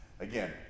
Again